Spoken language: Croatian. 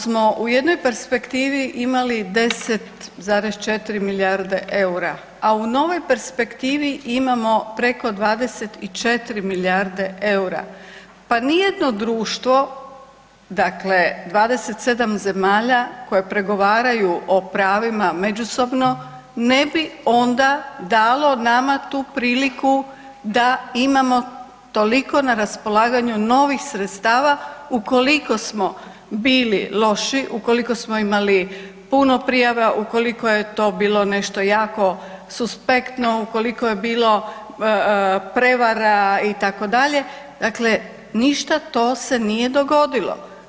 Najprije ako smo u jednoj perspektivi imali 10,4 milijarde eura, a u novoj perspektivi imamo preko 24 milijarde eura, pa nijedno društvo dakle 27 zemalja koje pregovaraju o pravima međusobno ne bi onda dalo nama tu priliku da imamo toliko na raspolaganju novih sredstava ukoliko smo bili loši, ukoliko smo imali puno prijava, ukoliko je to bilo nešto jako suspektno, ukoliko je bilo prevara itd., dakle ništa to se nije dogodilo.